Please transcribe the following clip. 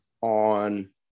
on